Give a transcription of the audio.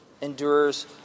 endures